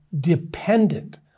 dependent